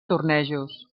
tornejos